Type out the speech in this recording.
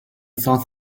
thought